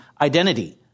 identity